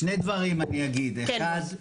שני דברים אני אגיד: אחד,